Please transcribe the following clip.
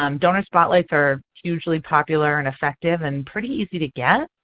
um donor spotlights are hugely popular and effective and pretty easy to get.